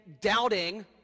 doubting